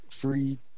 free